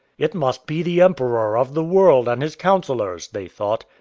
it must be the emperor of the world and his counsellors, they thought.